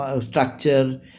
structure